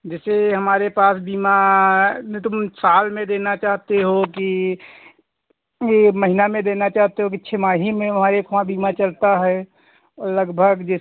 जैसे हमारे पास बीमा नहीं तुम साल में देना चाहते हो कि ये महीना में देना चाहते हो कि छ्माही में हमारे एक वहाँ बीमा चलता है और लगभग